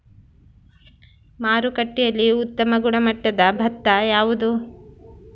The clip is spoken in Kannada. ಮಾರುಕಟ್ಟೆಯಲ್ಲಿ ಉತ್ತಮ ಗುಣಮಟ್ಟದ ಭತ್ತ ಯಾವುದು?